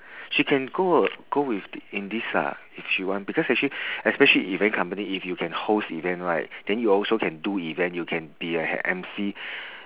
she can go uh go with in this ah if she want because actually especially event company if you can host event right then you also can do event you can be a emcee